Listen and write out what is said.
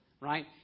Right